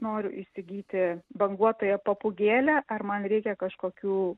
noriu įsigyti banguotąją papūgėlę ar man reikia kažkokių